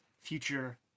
future